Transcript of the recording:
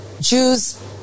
Jews